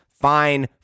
fine